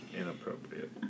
Inappropriate